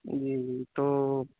جی جی تو